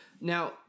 now